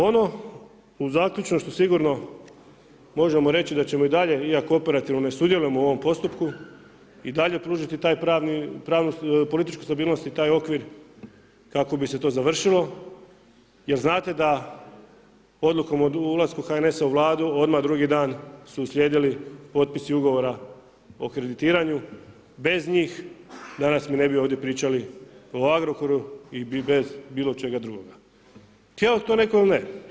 Ono zaključno što sigurno možemo reći da ćemo i dalje iako operativno ne sudjelujemo u ovom postupku, i dalje pružiti tu pravnu političku stabilnost i taj okvir kako bi se to završilo jer znate da odlukom od ulaska HNS-a u Vladu odmah drugi dan su uslijedili potpisi ugovora o kreditiranju, bez njih danas mi ne bi ovdje pričali o Agrokoru i bez bilo čega drugoga htio to netko ili ne.